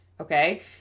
okay